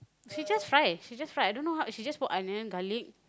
she just try she just try I don't know how she just put onion garlic